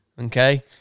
Okay